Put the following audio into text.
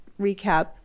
recap